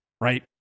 right